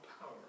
power